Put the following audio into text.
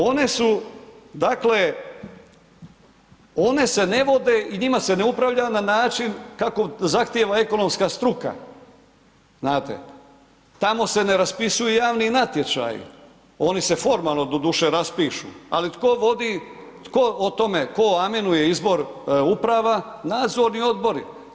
One su dakle, one se ne vode i njima se ne upravlja na način kako zahtjeva ekonomska struka znate, tamo se ne raspisuju javni natječaji, oni se formalno doduše raspišu, ali tko vodi, tko o tome, tko amenuje izbor uprava, nadzorni odbori.